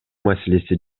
маселеси